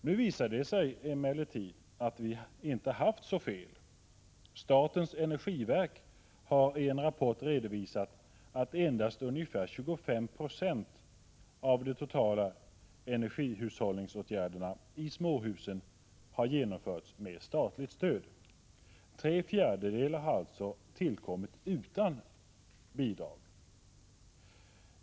Nu visar det sig emellertid att vi inte haft så fel. Statens energiverk har i en rapport redovisat att endast ungefär 25 96 av de totala energihushållningsåtgärderna i småhusen har genomförts med statligt stöd. Tre fjärdedelar har alltså tillkommit utan bidrag.